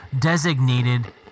designated